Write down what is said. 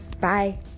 Bye